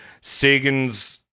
Sagan's